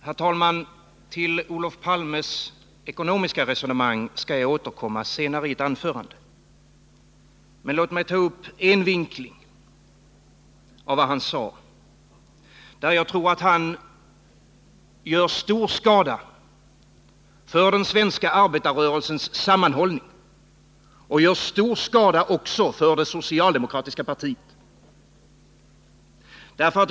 Herr talman! Till Olof Palmes ekonomiska resonemang skall jag återkomma i ett senare anförande. Men låt mig ta upp en vinkling i vad han sade, där jag tror att han gör stor skada för den svenska arbetarrörelsens sammanhållning — också för det socialdemokratiska partiet.